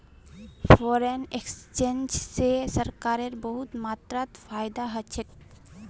foreign exchange स सरकारक बहुत मात्रात फायदा ह छेक